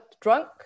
drunk